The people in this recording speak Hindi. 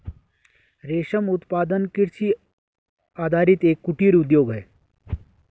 रेशम उत्पादन कृषि आधारित एक कुटीर उद्योग है